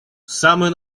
самой